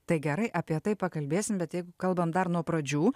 tai gerai apie tai pakalbėsim bet jeigu kalbant dar nuo pradžių